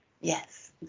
Yes